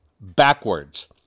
backwards